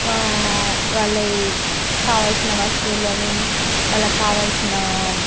వాళ్ల కావాల్సిన వస్తువులు అని వాళ్లకు కావాల్సిన